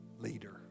leader